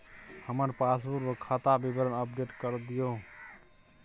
हमर पासबुक पर खाता विवरण अपडेट कर दियो